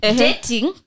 dating